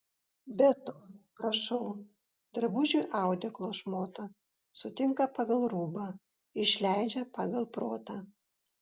be to prašau drabužiui audeklo šmotą sutinka pagal rūbą išleidžia pagal protą